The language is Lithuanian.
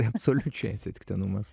tai absoliučiai atsitiktinumas